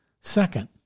Second